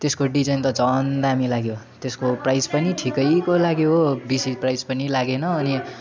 त्यसको डिजाइन त झन् दामी लाग्यो त्यसको प्राइस पनि ठिकैको लाग्यो हो बेसी प्राइस पनि लागेन अनि